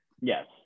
yes